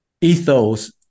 ethos